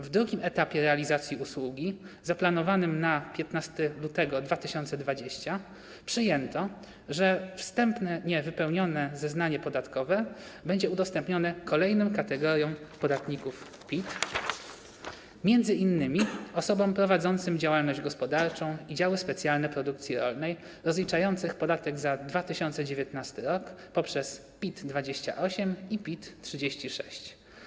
W drugim etapie realizacji usługi, zaplanowanym na 15 lutego 2020 r., przyjęto, że wstępnie wypełnione zeznanie podatkowe będzie udostępnione kolejnym kategoriom podatników PIT, m.in. osobom prowadzącym działalność gospodarczą i działy specjalne produkcji rolnej, rozliczającym podatek za 2019 r. poprzez PIT-28 i PIT-36.